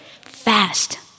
fast